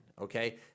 Okay